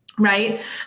Right